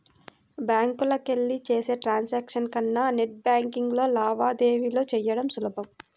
బ్యాంకులకెళ్ళి చేసే ట్రాన్సాక్షన్స్ కన్నా నెట్ బ్యేన్కింగ్లో లావాదేవీలు చెయ్యడం సులభం